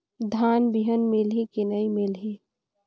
धान बिहान मिलही की नी मिलही?